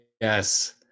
Yes